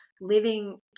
living